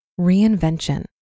reinvention